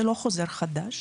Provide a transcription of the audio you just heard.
זה לא חוזר חדש,